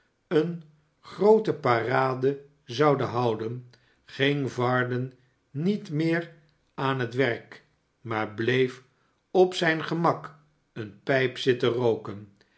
eene groote parade zouden houden ging varden niet meer aan het werk maar bleef op zijn gemak eene pijp zitten rooken